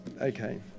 Okay